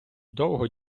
довго